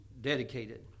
dedicated